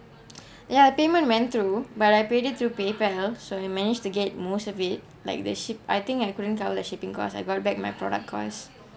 ya payment went through but I paid it through pay pal so I managed to get most of it like the ship I think I couldn't cover the shipping cost I got back my product cost